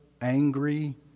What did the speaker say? angry